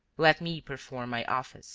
let me perform my office